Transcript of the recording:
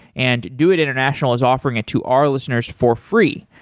and doit international is offering it to our listeners for free.